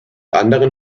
anderen